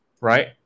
right